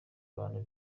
abantu